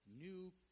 new